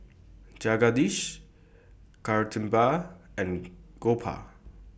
Jagadish Kasturba and Gopal